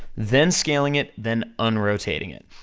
then scaling it, then un-rotating it.